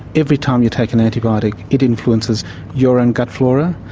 every time you take an antibiotic it influences your own gut flora,